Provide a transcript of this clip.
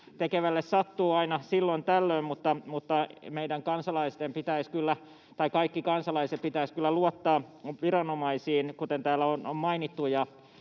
Tekevälle sattuu aina silloin tällöin, mutta kaikkien kansalaisten pitäisi kyllä luottaa viranomaisiin, kuten täällä on mainittu,